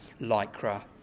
lycra